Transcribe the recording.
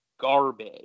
Garbage